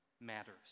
Matters